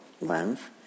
length